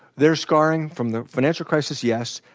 there's scarring from the financial crisis, yes.